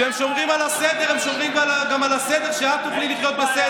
כשהם שומרים על הסדר הם שומרים על הסדר כדי שגם את תוכלי לחיות בסדר.